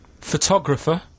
Photographer